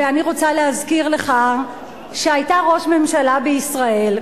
ואני רוצה להזכיר לך שהיתה ראש ממשלה בישראל,